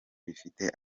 bifite